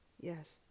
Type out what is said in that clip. yes